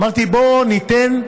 אמרתי: בוא ניתן,